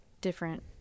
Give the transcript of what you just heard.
different